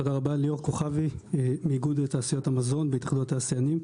אני מאיגוד תעשיות המזון בהתאחדות התעשיינים.